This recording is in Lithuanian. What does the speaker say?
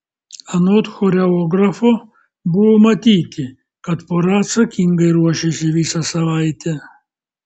anot choreografo buvo matyti kad pora atsakingai ruošėsi visą savaitę